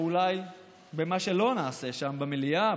או אולי במה שלא נעשה שם במליאה,